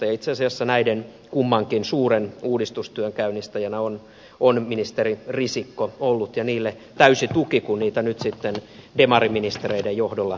ja itse asiassa näiden kummankin suuren uudistustyön käynnistäjänä on ollut ministeri risikko ja niille täysi tuki kun niitä nyt sitten demariministereiden johdolla eteenpäin viedään